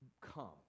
come